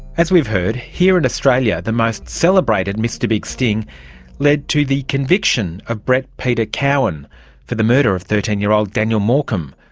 as we've heard, here in australia the most celebrated mr big sting led to the conviction of the brett peter cowan for the murder of thirteen year old daniel morcombe,